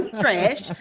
trash